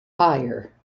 hire